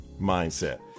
mindset